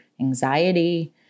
anxiety